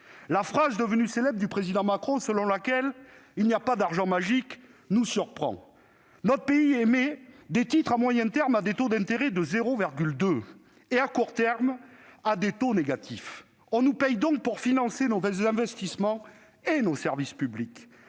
La phrase devenue célèbre du Président Macron, selon laquelle « il n'y a pas d'argent magique », nous surprend. Notre pays émet des titres à moyen terme à un taux d'intérêt de 0,2 %, et à court terme à des taux négatifs. On nous paye donc pour financer nos investissements et nos services publics.